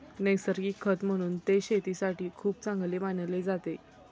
नैसर्गिक खत म्हणून ते शेतीसाठी खूप चांगले मानले जाते